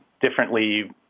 differently